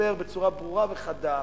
ודיבר בצורה ברורה וחדה,